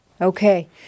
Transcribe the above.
Okay